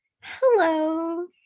hello